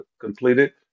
completed